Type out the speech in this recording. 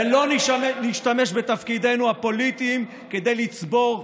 ולא נשתמש בתפקידנו הפוליטיים כדי לצבור כוח,